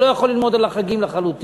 הוא לא יכול ללמוד על החגים לחלוטין.